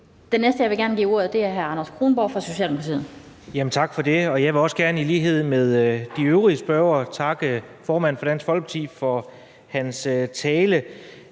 Den næste, jeg gerne vil give ordet, er hr. Anders Kronborg fra Socialdemokratiet. Kl. 13:10 Anders Kronborg (S): Tak for det. Jeg vil også gerne, i lighed med de øvrige spørgere, takke formanden for Dansk Folkeparti for hans tale.